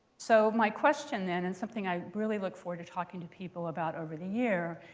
so my question then, and something i really look forward to talking to people about over the year,